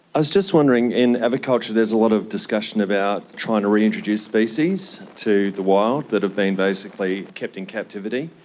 i was just wondering, in aviculture there's a lot of discussion about trying to reintroduce species to the wild that have been basically kept in captivity.